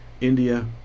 India